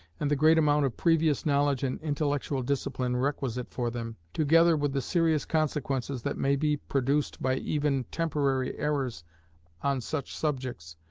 and the great amount of previous knowledge and intellectual discipline requisite for them, together with the serious consequences that may be produced by even, temporary errors on such subjects,